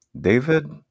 David